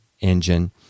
engine